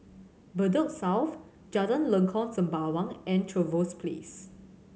Bedok South Jalan Lengkok Sembawang and Trevose Place